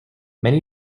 many